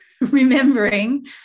remembering